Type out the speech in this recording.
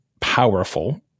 powerful